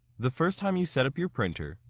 the first time you set up your printer,